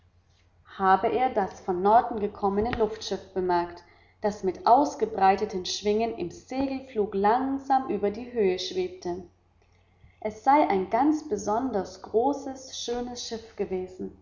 habe er das von norden gekommene luftschiff bemerkt das mit ausgebreiteten schwingen im segelflug langsam über der höhe schwebte es sei ein ganz besonders großes schönes schiff gewesen